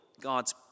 God's